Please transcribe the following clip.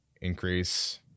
increase